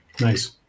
nice